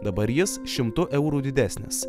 dabar jis šimtu eurų didesnis